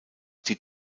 die